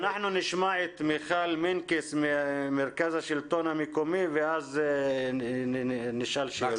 אנחנו נשמע את מיכל מנקס ממרכז השלטון המקומי ואז נשאל שאלות.